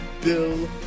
Bill